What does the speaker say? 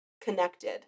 connected